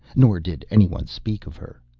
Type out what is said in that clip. nor did any one speak of her.